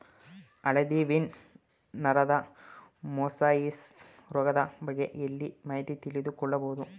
ಹಳದಿ ವೀನ್ ನರದ ಮೊಸಾಯಿಸ್ ರೋಗದ ಬಗ್ಗೆ ಎಲ್ಲಿ ಮಾಹಿತಿ ತಿಳಿದು ಕೊಳ್ಳಬಹುದು?